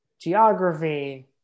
geography